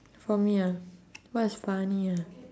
for me ah what is funny ah